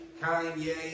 Kanye